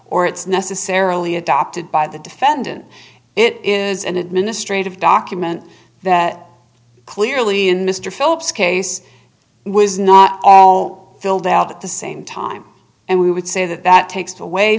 or it's necessarily adopted by the defendant it is an administrative document that clearly in mr phillips case was not all filled out at the same time and we would say that that takes away